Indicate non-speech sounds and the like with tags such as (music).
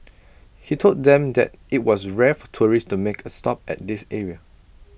(noise) he told them that IT was rare for tourists to make A stop at this area